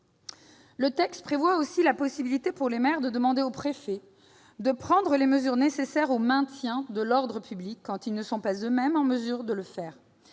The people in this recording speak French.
le texte prévoit la possibilité pour les maires de demander au préfet de prendre les mesures nécessaires au maintien de l'ordre public, quand ils ne sont pas eux-mêmes en mesure de le faire.